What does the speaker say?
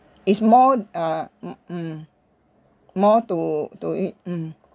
it's more uh mmhmm more to to it mm